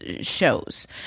shows